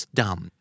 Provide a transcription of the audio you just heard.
dumb